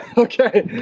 okay!